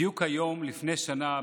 בדיוק היום לפני שנה,